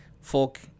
folk